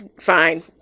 Fine